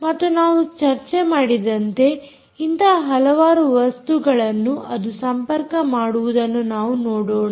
ಮತ್ತು ನಾವು ಚರ್ಚೆ ಮಾಡಿದಂತೆ ಇಂತಹ ಹಲವಾರು ವಸ್ತುಗಳನ್ನು ಅದು ಸಂಪರ್ಕಮಾಡುವುದನ್ನು ನಾವು ನೋಡೋಣ